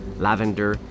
lavender